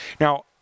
Now